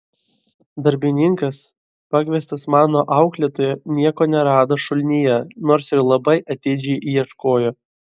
darbininkas pakviestas mano auklėtojo nieko nerado šulinyje nors ir labai atidžiai ieškojo